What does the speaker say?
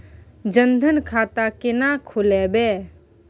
जनधन खाता केना खोलेबे?